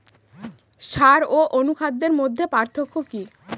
সার ও অনুখাদ্যের মধ্যে পার্থক্য কি?